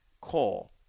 call